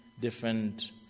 different